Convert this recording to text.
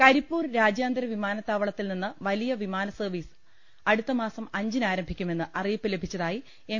കരിപ്പൂർ രാജ്യാന്തര വിമാനത്താവളത്തിൽ നിന്ന് വലിയ വിമാന സർവീസ് അടുത്തമാസം അഞ്ചിന് ആരംഭിക്കുമെന്ന് അറിയിപ്പ് ലഭിച്ചതായി എം